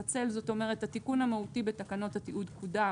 כלומר התיקון המהותי בתקנות התיעוד התקדם,